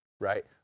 right